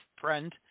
friend